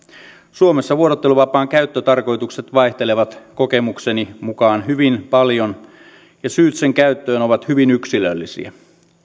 suomessa vuorotteluvapaan käyttötarkoitukset vaihtelevat kokemukseni mukaan hyvin paljon ja syyt sen käyttöön ovat hyvin yksilöllisiä